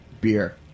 beer